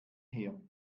her